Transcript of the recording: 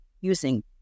using